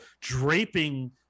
draping